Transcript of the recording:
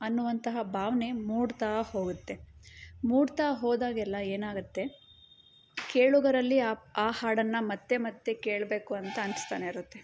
ಅನ್ನುವಂತಹ ಭಾವ್ನೆ ಮೂಡ್ತಾ ಹೋಗುತ್ತೆ ಮೂಡ್ತಾ ಹೋದಾಗೆಲ್ಲ ಏನಾಗುತ್ತೆ ಕೇಳುಗರಲ್ಲಿ ಆ ಹಾಡನ್ನು ಮತ್ತು ಮತ್ತು ಕೇಳಬೇಕು ಅಂತ ಅನಿಸ್ತಾನೆ ಇರುತ್ತೆ